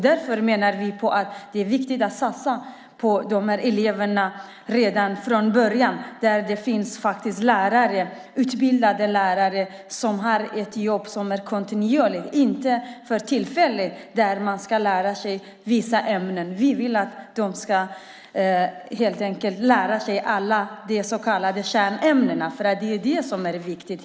Därför menar vi att det är viktigt att satsa på eleverna redan från början, så att det finns utbildade lärare som har ett jobb som är kontinuerligt och inte bara tillfälligt i vissa ämnen. Vi vill att de ska lära sig alla kärnämnena.